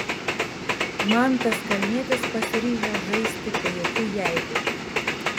mantas kalnietis pasiryžęs žaisti be jokių jeigu